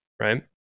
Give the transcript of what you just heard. right